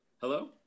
hello